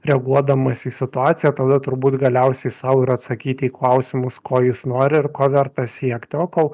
reaguodamas į situaciją tada turbūt galiausiai sau ir atsakyti į klausimus ko jis nori ir ko verta siekti o kol